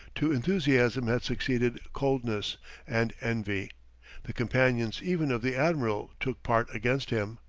to enthusiasm had succeeded coldness and envy the companions even of the admiral took part against him.